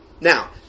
Now